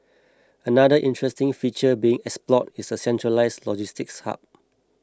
another interesting feature being explored is a centralised logistics hub